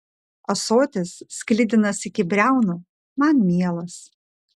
ąsotis sklidinas iki briaunų man mielas